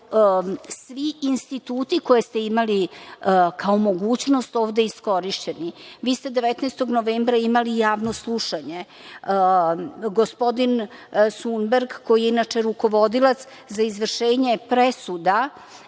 svi instituti koje ste imali kao mogućnost ovde iskorišćeni. Vi ste 19. novembra imali javno slušanje. Gospodin Sumberg, koji je inače rukovodilac za izvršenje presuda